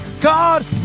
God